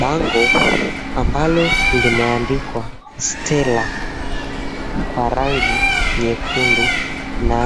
Bango ambalo limeandikwa, Stella, kwa rangi nyekundu na,